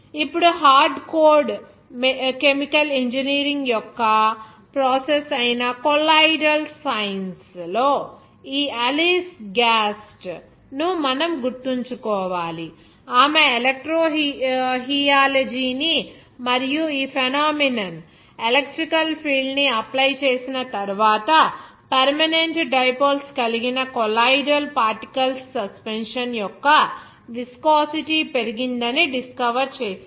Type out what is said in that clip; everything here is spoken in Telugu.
ఇప్పుడు హార్డ్ కోడ్ కెమికల్ ఇంజనీరింగ్ యొక్క ప్రాసెస్ అయిన కొల్లాయిడల్ సైన్స్ లో ఈ అలిస్ గ్యాస్ట్ను మనం గుర్తుంచుకోవాలి ఆమె ఎలెక్ట్రో హీయాలజీని మరియు ఈ ఫెనొమెనొన్ ఎలక్ట్రిక్ ఫీల్డ్ ని అప్లై చేసిన తరువాత పెర్మనెంట్ డైపోల్స్ కలిగిన కొల్లాయిడల్ పార్టికల్స్ సస్పెన్షన్ యొక్క విస్కోసిటీ పెరిగిందని డిస్కవర్ చేసింది